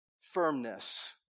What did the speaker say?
firmness